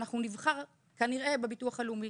אנחנו כנראה נבחר בביטוח הלאומי.